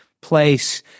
place